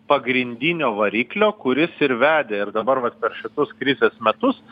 pagrindinio variklio kuris ir vedė ir dabar vat per šituos krizės metus